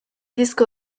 disko